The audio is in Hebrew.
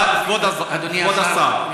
כבוד השר,